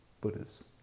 Buddhas